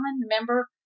remember